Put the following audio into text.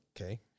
Okay